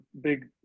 big